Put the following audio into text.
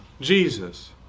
Jesus